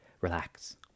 Relax